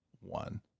one